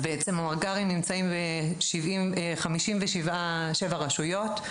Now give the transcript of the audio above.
אז המג״רים נמצאים ב-57 רשויות,